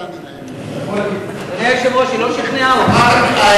אדוני היושב-ראש,